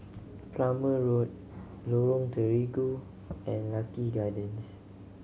Plumer Road Lorong Terigu and Lucky Gardens